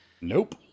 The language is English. nope